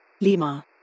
Lima